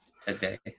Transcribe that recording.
today